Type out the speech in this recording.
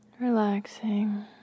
Relaxing